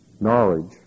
knowledge